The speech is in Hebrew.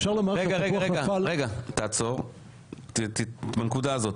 תעצור בנקודה הזאת.